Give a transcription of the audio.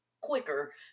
quicker